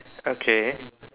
okay